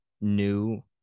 new